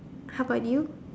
how about you